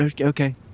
Okay